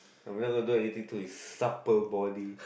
uh we're not gonna do anything to his supper body